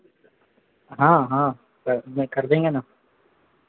हाँ हाँ लैपटॉप खरीदेंगे ना